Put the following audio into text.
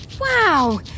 wow